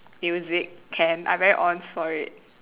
music can I very ons for it